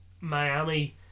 Miami